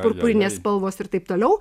purpurinės spalvos ir taip toliau